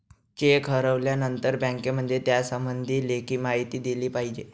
check हरवल्यानंतर बँकेमध्ये त्यासंबंधी लेखी माहिती दिली पाहिजे